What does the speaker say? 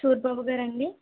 సూరిబాబు గారా అండి